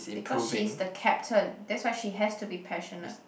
because she is the captain that's why she has to be passionate